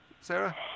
Sarah